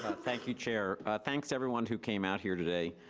thank you, chair. thanks everyone who came out here today.